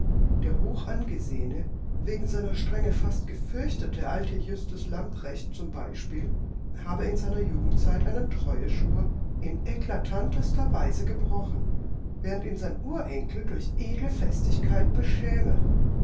der hochangesehene wegen seiner strenge fast gefürchtete alte justus lamprecht zum beispiel habe in seiner jugendzeit einen treuschwur in eklatantester weise gebrochen während ihn sein urenkel durch edle festigkeit beschäme